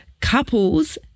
couples